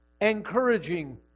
encouraging